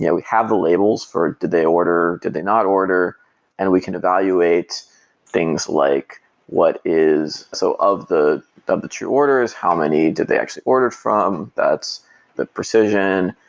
yeah we have the labels for did they order, did they not order and we can evaluate things like what is so of that that your order is how many did they actually ordered from that's the precision,